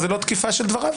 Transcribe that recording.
אז זאת לא תקיפה של דבריו.